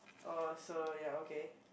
oh so ya okay